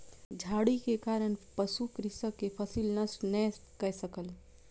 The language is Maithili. झाड़ी के कारण पशु कृषक के फसिल नष्ट नै कय सकल